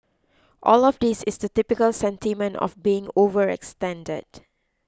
all of this is the typical sentiment of being overextended